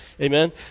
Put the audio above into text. Amen